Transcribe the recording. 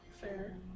Fair